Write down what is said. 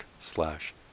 slash